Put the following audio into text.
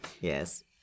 Yes